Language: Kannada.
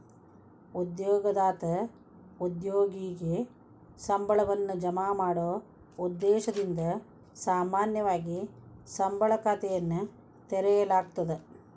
ಉದ್ಯೋಗದಾತ ಉದ್ಯೋಗಿಗೆ ಸಂಬಳವನ್ನ ಜಮಾ ಮಾಡೊ ಉದ್ದೇಶದಿಂದ ಸಾಮಾನ್ಯವಾಗಿ ಸಂಬಳ ಖಾತೆಯನ್ನ ತೆರೆಯಲಾಗ್ತದ